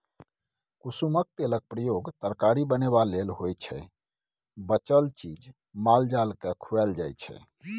कुसुमक तेलक प्रयोग तरकारी बनेबा लेल होइ छै बचल चीज माल जालकेँ खुआएल जाइ छै